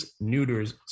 neuters